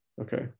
Okay